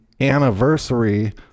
anniversary